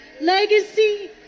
Legacy